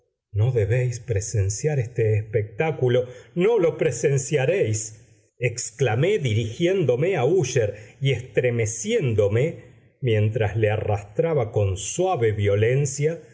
no debéis presenciar este espectáculo no lo presenciaréis exclamé dirigiéndome a úsher y estremeciéndome mientras le arrastraba con suave violencia